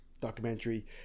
documentary